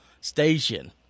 station